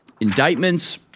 indictments